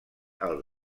als